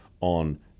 on